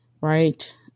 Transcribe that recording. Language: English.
right